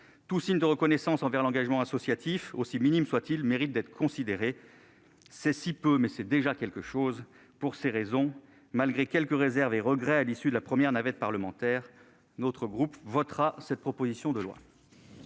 tout signe de reconnaissance envers l'engagement associatif, aussi minime soit-il, mérite d'être considéré. C'est si peu, mais c'est déjà quelque chose ! Pour ces raisons, malgré quelques réserves et les regrets que le texte lui a inspirés à l'issue de la première navette parlementaire, notre groupe votera cette proposition de loi.